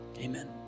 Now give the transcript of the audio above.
amen